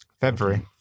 February